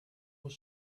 was